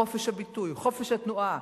חופש הביטוי, חופש התנועה,